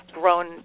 grown